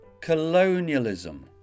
Colonialism